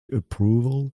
approval